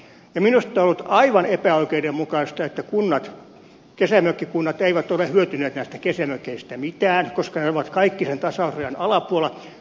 ja minusta on ollut aivan epäoikeudenmukaista että kesämökkikunnat eivät ole hyötyneet näistä kesämökeistä mitään koska ne ovat kaikki sen tasausrajan alapuolella